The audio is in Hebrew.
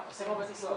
עובדים בשתי משמרות.